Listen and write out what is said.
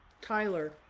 Tyler